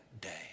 day